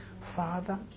Father